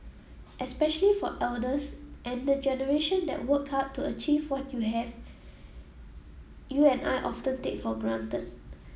especially for elders and the generation that worked hard to achieve what you have you and I often take for granted